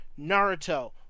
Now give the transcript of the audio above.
Naruto